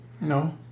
No